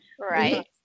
Right